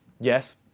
yes